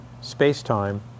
space-time